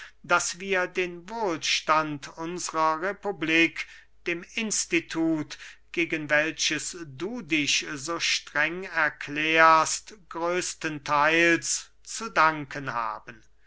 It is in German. daß wir den wohlstand unsrer republik dem institut gegen welches du dich so streng erklärst größten theils zu danken haben